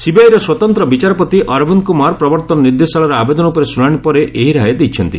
ସିବିଆଇର ସ୍ୱତନ୍ତ ବିଚାରପତି ଅରବିନ୍ଦ କୁମାର ପ୍ରବର୍ଭନ ନିର୍ଦ୍ଦେଶାଳୟର ଆବେଦନ ଉପରେ ଶୁଶାଣି ପରେ ଏହି ରାୟ ଦେଇଛନ୍ତି